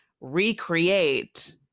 recreate